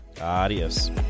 adios